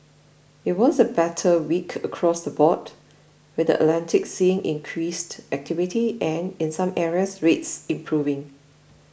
it was a better week across the board with the Atlantic seeing increased activity and in some areas rates improving